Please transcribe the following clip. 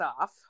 off